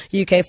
UK